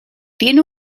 tiene